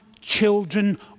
children